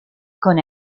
con